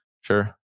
Sure